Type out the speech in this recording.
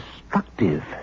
destructive